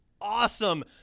awesome